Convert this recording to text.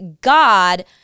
God